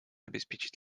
обеспечить